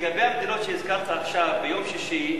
לגבי המדינות שהזכרת עכשיו, ביום שישי,